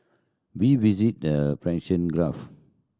we visited the Persian Gulf